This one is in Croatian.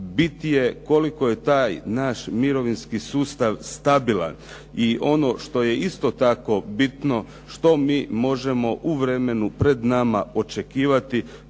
Bit je koliko je taj naš mirovinski sustav stabilan. I ono što je isto tako bitno što mi možemo u vremenu pred nama očekivati